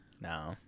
no